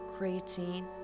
Creatine